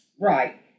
Right